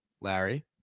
Larry